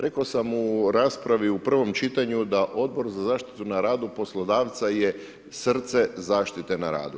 Rekao sam u raspravi u prvom čitanju da Odbor za zaštitu na radu poslodavca je srce zaštite na radu.